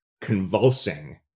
convulsing